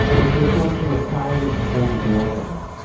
which was going to require me to hold the door for her,